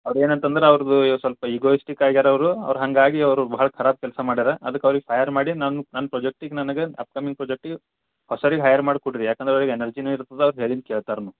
ಅವ್ರು ಏನಂತಂದ್ರೆ ಅವ್ರದ್ದು ಈಗ ಸ್ವಲ್ಪ ಈಗೋಇಸ್ಟಿಕ್ ಆಗ್ಯಾರ ಅವರು ಅವ್ರು ಹಾಗಾಗಿ ಅವರು ಭಾಳ ಖರಾಬ್ ಕೆಲಸ ಮಾಡ್ಯಾರ ಅದಕ್ಕೆ ಅವ್ರಿಗೆ ಫಯರ್ ಮಾಡಿ ನಾನು ನನ್ನ ಪ್ರಾಜೆಕ್ಟಿಗೆ ನನಗೆ ಅಪ್ಕಮ್ಮಿಂಗ್ ಪ್ರಾಜೆಕ್ಟಿಗೆ ಹೊಸರಿಗೆ ಹೈಯರ್ ಮಾಡಿಕೊಡ್ರಿ ಯಾಕಂದ್ರೆ ಅವ್ರಿಗೆ ಎನರ್ಜಿನೂ ಇರ್ತದೆ ಅವ್ರು ಹೇಳಿದ್ ಕೇಳ್ತಾರ್ನು